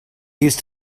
used